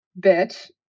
bitch